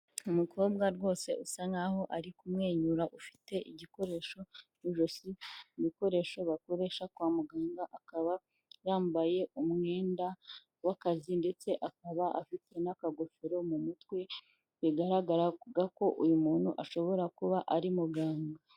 Umukobwa rwose usa nk'aho ari kumwenyura ufite igikoresho mu ijosi, ibikoresho bakoresha kwa muganga akaba yambaye umwenda w'akazi ndetse akaba afite n'akagofero mu mutwe bigaragara ko uyu muntu ashobora kuba ari muganga.